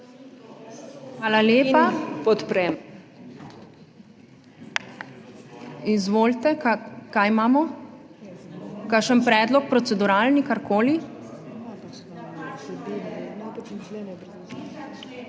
dvorane/ Izvolite. Kaj imamo? Kakšen predlog, proceduralni, karkoli?